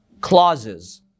clauses